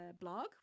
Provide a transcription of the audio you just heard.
blog